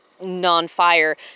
non-fire